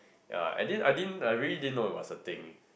ya I didn't I didn't I really didn't know it was a thingy